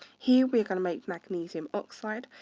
here, we are going to make magnesium oxide.